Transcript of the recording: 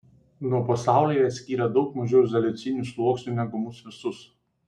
nuo pasaulio ją skyrė daug mažiau izoliacinių sluoksnių negu mus visus